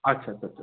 আচ্ছা আচ্ছা আচ্ছা